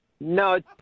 No